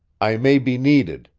i may be needed.